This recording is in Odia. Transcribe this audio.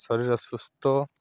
ଶରୀର ସୁସ୍ଥ